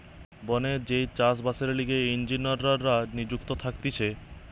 বনে যেই চাষ বাসের লিগে ইঞ্জিনীররা নিযুক্ত থাকতিছে